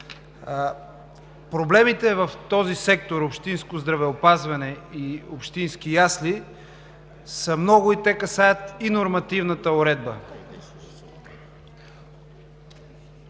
Проблемите в този сектор за общинското здравеопазване и общинските ясли са много, те касаят и нормативната уредба.